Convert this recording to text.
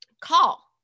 call